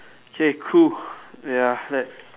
okay cool ya let's